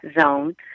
zone